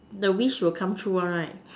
the wish will come true one right